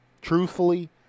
truthfully